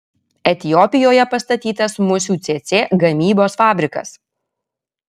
etiopijoje pastatytas musių cėcė gamybos fabrikas